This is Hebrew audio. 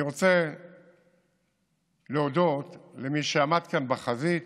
אני רוצה להודות למי שעמד כאן בחזית